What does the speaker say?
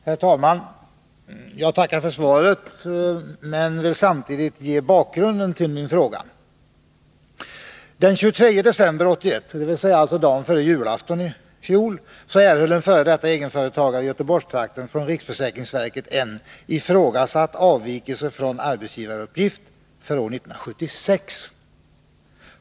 Herr talman! Jag tackar för svaret men vill samtidigt ge bakgrunden till min fråga. Den 23 december 1981, dvs. dagen före julafton i fjol, erhöll en f. d. egenföretagare i Göteborgstrakten från riksförsäkringsverket en ifrågasatt Om skäligt rådavvikelse från arbetsgivaruppgift för år 1976.